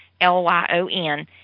L-Y-O-N